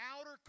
outer